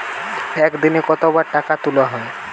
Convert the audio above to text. একদিনে কতবার টাকা তোলা য়ায়?